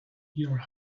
your